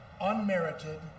unmerited